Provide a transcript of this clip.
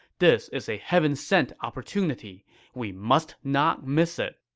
this is a heaven-sent opportunity we must not miss it.